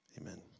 Amen